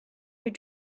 your